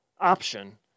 option